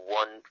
one